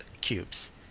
cubes